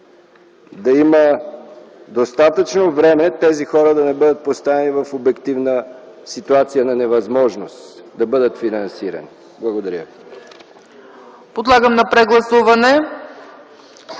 да има достатъчно време тези хора да не бъдат поставени в обективна ситуация на невъзможност да бъдат финансирани. Благодаря ви.